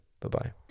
Bye-bye